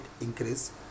increase